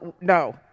No